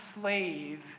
slave